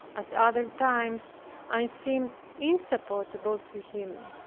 at other times i seemed insupportable to him.